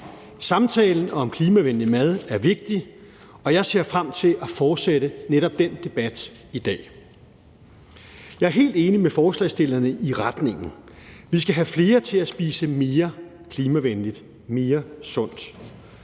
Samtalen om klimavenlig mad er vigtig, og jeg ser frem til at fortsætte netop den debat i dag. Jeg er helt enig med forslagsstillerne i retningen: Vi skal have flere til at spise mere klimavenligt, mere sundt,